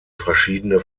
verschiedene